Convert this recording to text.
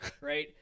right